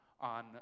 on